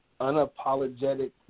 unapologetic